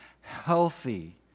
healthy